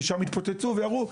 ושם התפוצצו ואמרו,